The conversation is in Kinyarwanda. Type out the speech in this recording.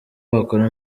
bakora